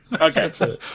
Okay